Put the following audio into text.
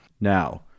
Now